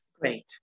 Great